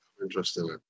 interesting